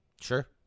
sure